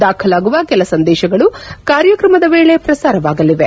ದಾಖಲಾಗುವ ಕೆಲ ಸಂದೇಶಗಳು ಕಾರ್ಯಕ್ರಮದ ವೇಳೆ ಪ್ರಸಾರವಾಗಲಿವೆ